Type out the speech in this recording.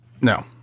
No